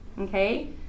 okay